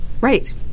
right